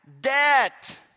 debt